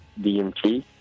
DMT